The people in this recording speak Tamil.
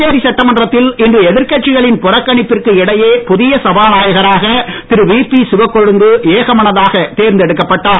புதுச்சேரி சட்டமன்றத்தில் இன்று எதிர்கட்சிகளின் புறகணிப்பிற்கு இடையே புதிய சபாநாயகராக திரு விபி சிவக்கொழுந்து ஏகமனதாக தேர்ந்தெடுக்கப்பட்டார்